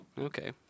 Okay